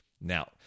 Now